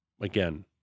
again